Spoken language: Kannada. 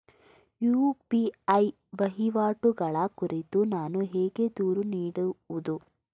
ಯು.ಪಿ.ಐ ವಹಿವಾಟುಗಳ ಕುರಿತು ನಾನು ಹೇಗೆ ದೂರು ನೀಡುವುದು?